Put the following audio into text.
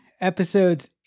episodes